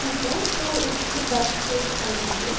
ठीक है तो उसकी दस प्लेट कर दीजिए